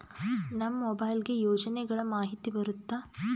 ನಮ್ ಮೊಬೈಲ್ ಗೆ ಯೋಜನೆ ಗಳಮಾಹಿತಿ ಬರುತ್ತ?